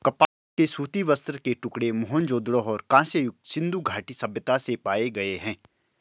कपास के सूती वस्त्र के टुकड़े मोहनजोदड़ो और कांस्य युग सिंधु घाटी सभ्यता से पाए गए है